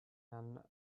than